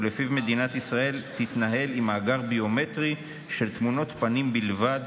שלפיו מדינת ישראל תתנהל עם מאגר ביומטרי של תמונות פנים בלבד,